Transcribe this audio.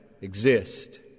exist